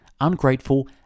ungrateful